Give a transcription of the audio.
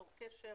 צור קשר